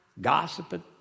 gossiping